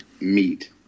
meat